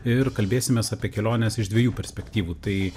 ir kalbėsimės apie keliones iš dviejų perspektyvų tai